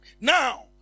Now